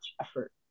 effort